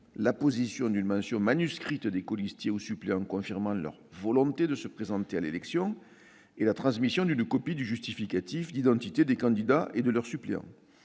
l'apposition d'une mention manuscrite des colistiers ou suppléants confirmant leur volonté de se présenter à l'élection et la transmission d'une copie du justificatif d'identité des candidats et de leurs suppléants.